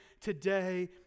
today